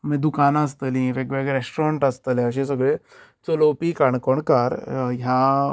मागीर दुकानां आसतली वेगवेगळळे रेस्ट्रोरेन्ट आसतले अशें सगळे चलोवपी काणकोणकार ह्या